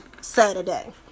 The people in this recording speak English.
saturday